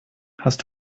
hast